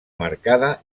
marcada